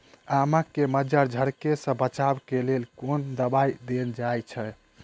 आम केँ मंजर झरके सऽ बचाब केँ लेल केँ कुन दवाई देल जाएँ छैय?